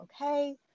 okay